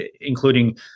including